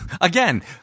again